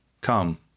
Come